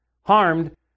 harmed